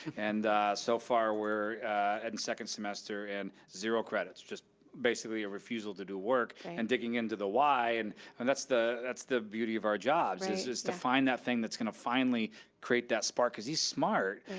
and so far we're at second semester and zero credits, just basically a refusal to do work, and digging into the why, and and that's the that's the beauty of our jobs, is just to find that thing that's gonna finally create that spark, cause he's smart,